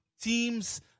teams